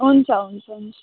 हुन्छ हुन्छ हुन्छ